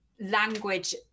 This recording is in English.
language